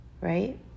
right